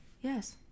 Yes